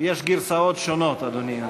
יש גרסאות שונות, אדוני.